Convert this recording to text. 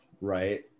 right